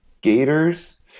Gators